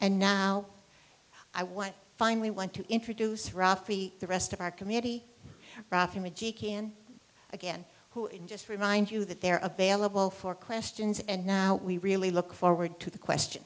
and now i want find we want to introduce rafi the rest of our committee again in just remind you that they're available for questions and now we really look forward to the question